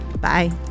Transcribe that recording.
Bye